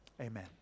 Amen